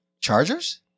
Chargers